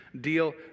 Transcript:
deal